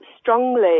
strongly